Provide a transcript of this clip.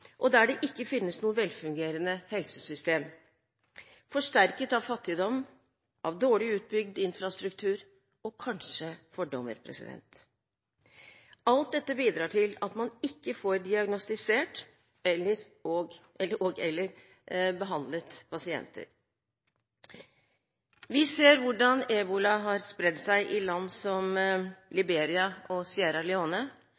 og der det ikke finnes noe velfungerende helsesystem – forsterket av fattigdom, dårlig utbygd infrastruktur og kanskje fordommer. Alt dette bidrar til at man ikke får diagnostisert og/eller behandlet pasienter. Vi ser hvordan ebola har spredd seg i land som